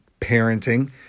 parenting